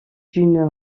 d’une